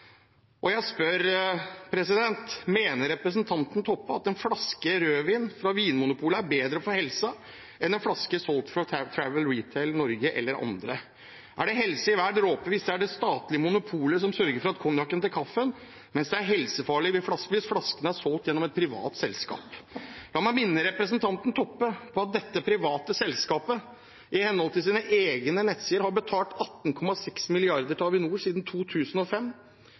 salget. Jeg spør: Mener representanten Toppe at en flaske rødvin fra Vinmonopolet er bedre for helsen enn en flaske solgt av Travel Retail Norway eller andre? Er det helse i hver dråpe hvis det er det statlige monopolet som sørger for konjakken til kaffen, mens det er helsefarlig hvis flaskene er solgt gjennom et privat selskap? La meg minne representanten Toppe på at dette private selskapet har i henhold til sine egne nettsider betalt 18,6 mrd. kr til Avinor siden 2005,